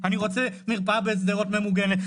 אני רוצה מרפאה ממוגנת בשדרות,